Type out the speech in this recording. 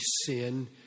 sin